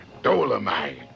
Dolomite